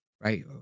right